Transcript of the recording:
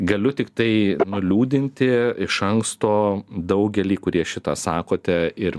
galiu tiktai nuliūdinti iš anksto daugelį kurie šitą sakote ir